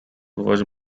was